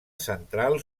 central